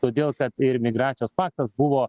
todėl kad ir migracijos paktas buvo